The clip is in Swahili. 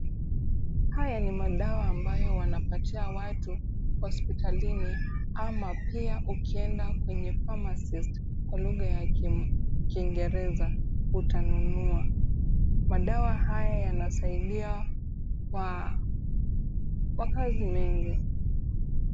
Haya ni madawa ambayo wanapatia watu hospitalini, ama pia ukienda kwenye phamarcist kwa lugha ya kiingereza utanunua. Madawa haya yanasaidia kwa makazi mengi.